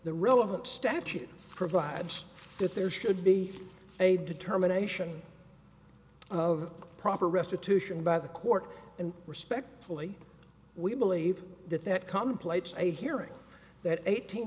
the relevant statute provides that there should be a determination of proper restitution by the court and respectfully we believe that that common plates a hearing that eighteen